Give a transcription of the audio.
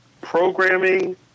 programming